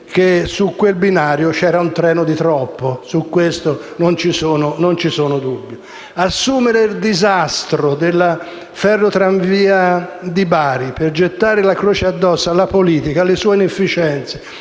che su quel binario c'era un treno di troppo: su questo non ci sono dubbi. Assumere il disastro della Ferrotramviaria di Bari per gettare la croce addosso alla politica, alle sue inefficienze,